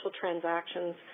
transactions